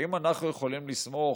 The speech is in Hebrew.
האם אנחנו יכולים לסמוך